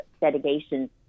dedication